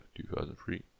2003